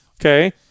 Okay